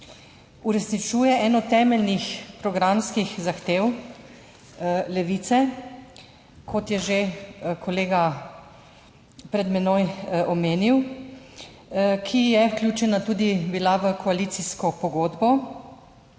uresničuje eno temeljnih programskih zahtev Levice, kot je že kolega pred menoj omenil, ki je vključena tudi bila v koalicijsko pogodbo